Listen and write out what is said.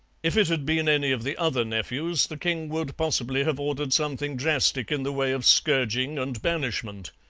if it had been any of the other nephews the king would possibly have ordered something drastic in the way of scourging and banishment,